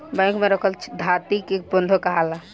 bank में रखल थाती के बंधक काहाला